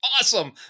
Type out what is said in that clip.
Awesome